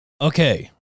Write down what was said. Okay